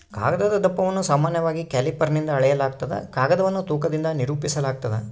ಕಾಗದದ ದಪ್ಪವನ್ನು ಸಾಮಾನ್ಯವಾಗಿ ಕ್ಯಾಲಿಪರ್ನಿಂದ ಅಳೆಯಲಾಗ್ತದ ಕಾಗದವನ್ನು ತೂಕದಿಂದ ನಿರೂಪಿಸಾಲಾಗ್ತದ